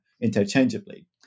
interchangeably